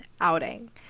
outing